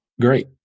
Great